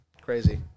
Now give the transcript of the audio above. crazy